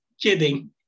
Kidding